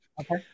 okay